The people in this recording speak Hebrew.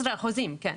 15%, כן.